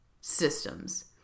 systems